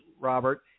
Robert